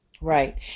Right